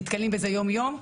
נתקלים בזה יום יום.